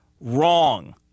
wrong